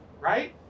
Right